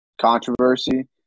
controversy